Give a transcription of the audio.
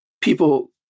people